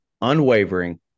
unwavering